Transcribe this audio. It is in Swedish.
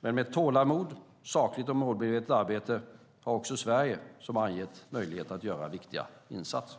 men med tålamod och sakligt och målmedvetet arbete har också Sverige, som jag angett, möjlighet att göra viktiga insatser.